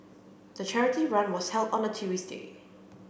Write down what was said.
the charity run was held on a Tuesday